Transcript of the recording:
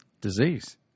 disease